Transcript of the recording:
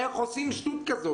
איך עושים שטות כזאת?